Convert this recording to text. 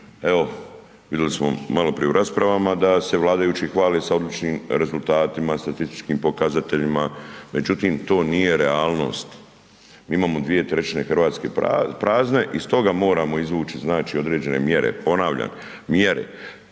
evo vidjeli smo maloprije u raspravama da se vladajući hvale s odličnim rezultatima, statističkim pokazateljima, međutim to nije realnost. Mi imamo 2/3 Hrvatske prazne i stoga moramo izvući znači određene mjere. Ponavljam, mjere.